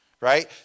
Right